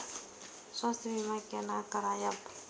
स्वास्थ्य सीमा कोना करायब?